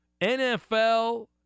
NFL